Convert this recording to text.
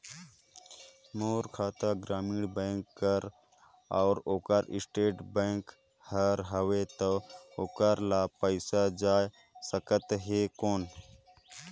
मोर खाता ग्रामीण बैंक कर अउ ओकर स्टेट बैंक कर हावेय तो ओकर ला पइसा जा सकत हे कौन?